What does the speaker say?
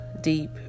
deep